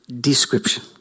description